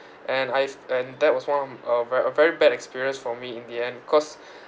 and I've and that was one mm a ver~ a very bad experience for me in the end cause